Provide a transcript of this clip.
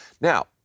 Now